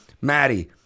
Maddie